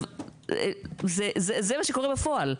זה מה שקורה בפועל.